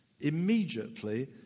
Immediately